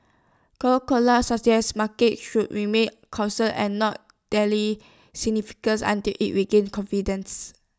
Coca Cola suggested markets should remain cautious and not until IT regains confidence